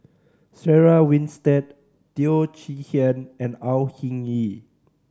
Sarah Winstedt Teo Chee Hean and Au Hing Yee